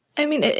i mean,